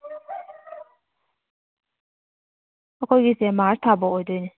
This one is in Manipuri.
ꯑꯩꯈꯣꯏꯒꯤꯁꯦ ꯃꯥꯔꯁ ꯊꯥ ꯐꯥꯎ ꯑꯣꯏꯗꯣꯏꯅꯤ